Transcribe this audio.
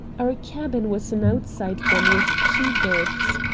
our cabin was an outside one with two berths.